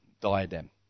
diadem